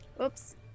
Oops